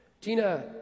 Tina